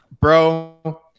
bro